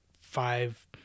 five